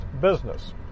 business